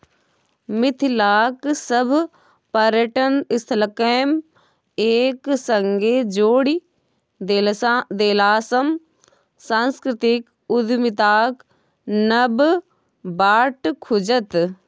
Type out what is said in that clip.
मिथिलाक सभ पर्यटन स्थलकेँ एक संगे जोड़ि देलासँ सांस्कृतिक उद्यमिताक नब बाट खुजत